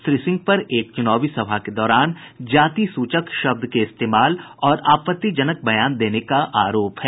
श्री सिंह पर एक चुनावी सभा के दौरान जाति सूचक शब्द के इस्तेमाल और आपत्तिजनक बयान देने का आरोप है